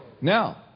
Now